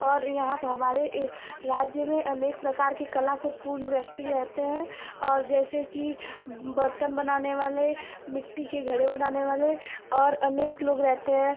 और यहाँ पर हमारे राज्य में अनेक प्रकार के कला से पूर्ण व्यक्ति रहते हैं और जैसे कि बर्तन बनाने वाले मिट्टी के घड़े बनाने वाले और अनेक लोग रहते हैं